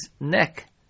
neck